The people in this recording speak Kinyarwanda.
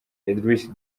idriss